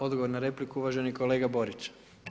Odgovor na repliku, uvaženi kolega Borić.